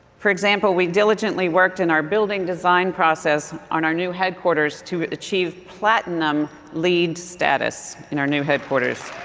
for example, we diligently worked in our building design process on our new headquarters to achieve platinum leed status in our new headquarters.